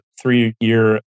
three-year